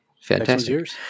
Fantastic